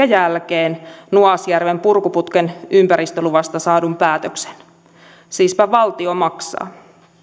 jälkeen nuasjärven purkuputken ympäristöluvasta saadun päätöksen siispä valtio maksaa